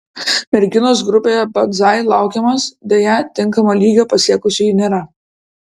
merginos grupėje banzai laukiamos deja tinkamo lygio pasiekusiųjų nėra